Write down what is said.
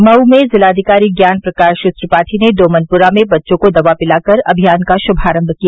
मऊ में जिलाधिकारी ज्ञान प्रकाश त्रिपाठी ने डोमनपुरा में बच्चों को दवा पिलाकर अभियान का शुभारम्भ किया